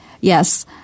Yes